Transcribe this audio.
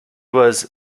was